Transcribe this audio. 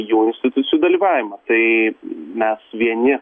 jau institucijų dalyvavimą tai mes vieni